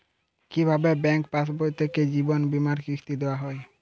কি ভাবে ব্যাঙ্ক পাশবই থেকে জীবনবীমার কিস্তি দেওয়া হয়?